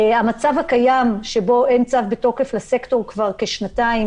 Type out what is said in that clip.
המצב הקיים שבו אין צו בתוקף לסקטור כבר שנתיים